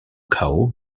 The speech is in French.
cao